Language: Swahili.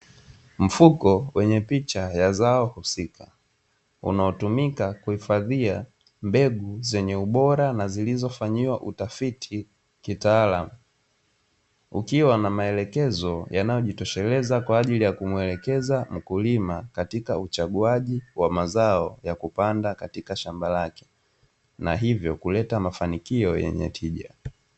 Mfuko wenye picha ya zao husika unaotumika kuhifadhia mbegu zenye ubora na zilizofanyiwa utafiti kitaalamu, ukiwa na maelekezo yanayojitosheleza kwa ajili ya kumwelekeza mkulima katika uchaguzi wa mazao ya kupanda katika shamba lake na hivyo kuleta mafanikio yenye tija.